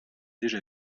déjà